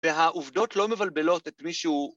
‫והעובדות לא מבלבלות את מישהו...